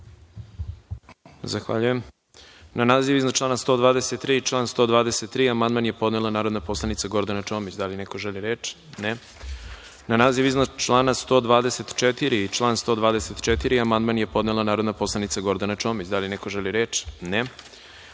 Zahvaljujem. Na naziv iznad člana 123. i član 123. amandman je podnela narodna poslanica Gordana Čomić. Da li neko želi reč? (Ne.)Na naziv iznad člana 124. i član 124. amandman je podnela narodna poslanica Gordana Čomić. Da li neko želi reč?